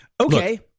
okay